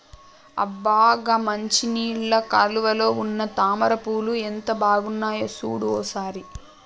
అబ్బ గా మంచినీళ్ళ కాలువలో ఉన్న తామర పూలు ఎంత బాగున్నాయో సూడు ఓ సారి